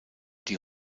die